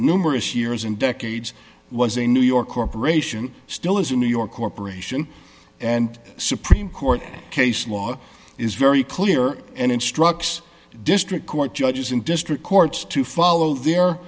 numerous years and decades was a new york corporation still is a new york corporation and supreme court case law is very clear and instructs district court judges in district courts to follow